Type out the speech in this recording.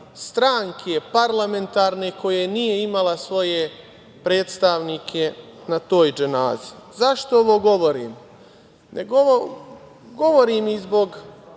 stranke parlamentarne koja nije imala svoje predstavnike na toj dženazi.Zašto ovo govorim? Govorim i zbog